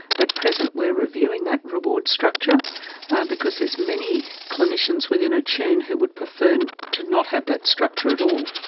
at present we're reviewing that reward structure because there's many clinicians within attune who would prefer to not have that structure at all.